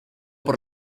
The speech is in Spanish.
por